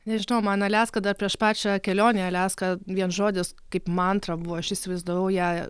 nežinau man aliaska dar prieš pačią kelionę į aliaską vien žodis kaip mantra buvo aš įsivaizdavau ją